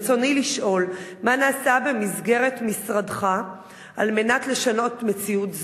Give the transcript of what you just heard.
ברצוני לשאול: מה נעשה במסגרת משרדך על מנת לשנות מציאות זו?